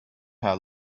how